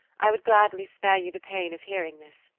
i would gladly spare you the pain of hearing this.